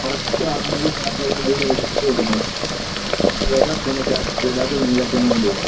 correct ആറ് മണി ആ ടൈമിൽ എല്ലം റെഡിയാക്കീറ്റ് വെക്കുന്ന വേറെ പണിക്കാർ വിടാതെ നിങ്ങളെപ്പന്നെ കൊണ്ട് പോവാം